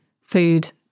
food